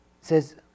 says